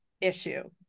issue